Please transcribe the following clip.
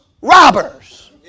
robbers